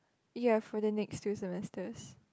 ya for the next two semesters